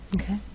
Okay